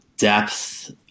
depth